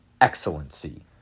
excellency